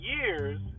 years